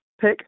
pick